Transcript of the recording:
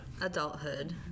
Adulthood